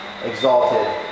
exalted